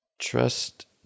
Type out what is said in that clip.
trust